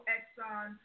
Exxon